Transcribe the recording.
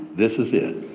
this is it.